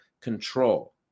control